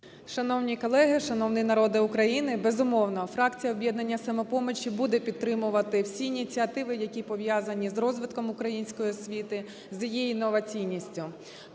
Шановні колеги, шановний народе України! Безумовно, фракція "Об'єднання "Самопоміч" буде підтримувати всі ініціативи, які пов'язані з розвитком української освіти, з її інноваційністю.